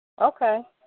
Okay